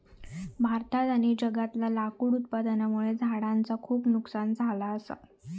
भारतात आणि जगभरातला लाकूड उत्पादनामुळे झाडांचा खूप नुकसान झाला असा